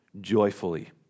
joyfully